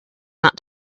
not